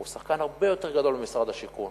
הוא שחקן הרבה יותר גדול ממשרד השיכון,